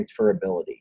transferability